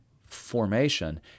formation